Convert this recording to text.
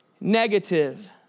negative